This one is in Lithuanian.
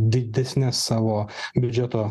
didesnes savo biudžeto